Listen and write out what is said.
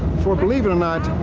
for believe it or not,